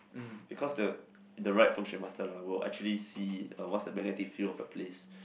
because the the right Feng Shui master lah will actually see uh what's the magnetic field of a place